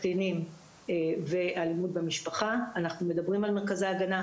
קטינים ואלימות במשפחה אנחנו מדברים על מרכזי ההגנה,